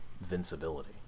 invincibility